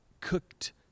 cooked